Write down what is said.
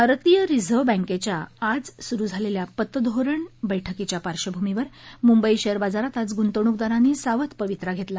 भारतीय रिझर्व बँकेच्या आज सुरु झालेल्या पतधोरण बैठकीच्या पार्श्वभूमीवर मुंबई शेअर बाजारात आज गुंतवणूकदारांनी सावध पवित्र घेतला